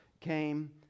came